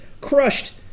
crushed